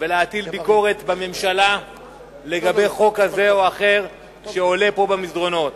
ביקורת בממשלה לגבי חוק כזה או אחר שעולה במסדרונות.